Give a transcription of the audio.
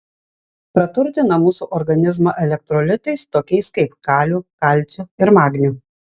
praturtina mūsų organizmą elektrolitais tokiais kaip kaliu kalciu ir magniu